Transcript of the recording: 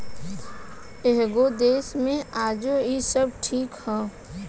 कएगो देश मे आजो इ सब ठीक ह